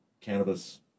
cannabis